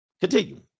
Continue